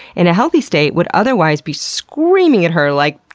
in a healthy state, would otherwise be screaming at her like,